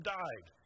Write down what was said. died